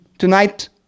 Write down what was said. tonight